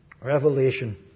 Revelation